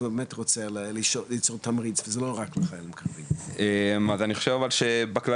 אז באמת מה שקורה